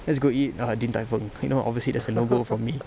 let's go eat ah din tai fung you know obviously that's a no go for me